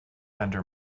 under